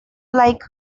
like